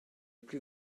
plus